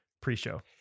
Pre-show